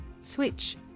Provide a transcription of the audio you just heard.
Switch